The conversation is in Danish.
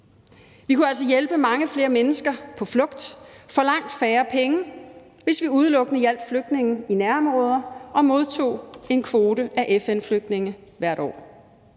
Vi kunne altså hjælpe mange flere mennesker på flugt for langt færre penge, hvis vi udelukkende hjalp flygtninge i nærområder og modtog en kvote af FN-flygtninge hvert år.